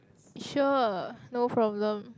sure no problem